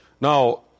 Now